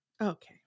Okay